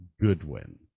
Goodwin